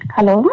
Hello